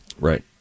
Right